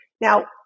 Now